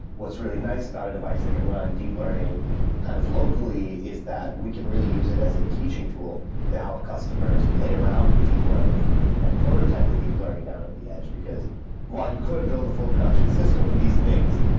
what's really nice about a device that can run deep learning kind of locally is that we can really use it as a teaching tool to help customers play around with deep learning and prototype with deep learning down at the edge, because while you could build a full production system with these things,